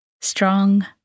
Strong